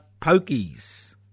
pokies